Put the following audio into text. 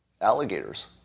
alligators